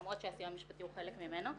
למרות שהסיוע המשפטי הוא חלק ממנו.